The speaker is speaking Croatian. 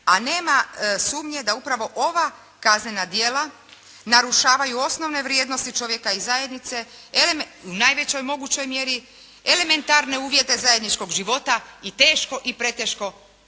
A nema sumnje da upravo ova kaznena djela narušavaju osnovne vrijednosti čovjeka i zajednice u najvećoj mogućoj mjeri, elementarne uvjete zajedničkog života i teško i preteško